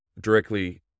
directly